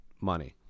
money